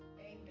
amen